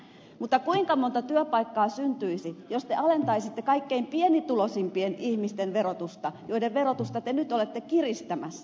mutta kuinka monta työpaikkaa syntyisi jos te alentaisitte kaikkein pienituloisimpien ihmisten verotusta joiden verotusta te nyt olette kiristämässä